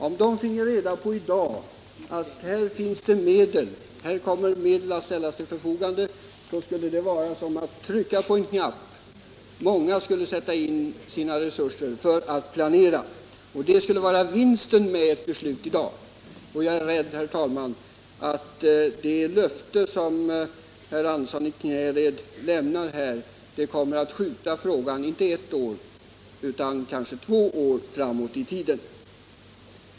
Om de finge reda på i dag att medel kommer att ställas till förfogande skulle det vara som att trycka på en knapp. Många skulle sätta in sina resurser för att planera, och det skulle vara vinsten med ett beslut i dag. Jag är rädd, herr talman, att det löfte som herr herr Andersson i Knäred lämnat här kommer att skjuta frågan inte ett år utan kanske två år framåt i tiden.